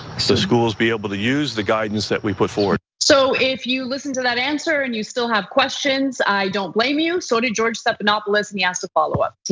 so schools be able to use the guidance that we put forward. so if you listen to that answer and you still have questions, i don't blame you. so did george stephanopoulos and he asked a follow up, take